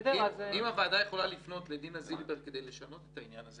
אם הוועדה יכולה לפנות לדינה זילבר כדי לשנות את העניין הזה,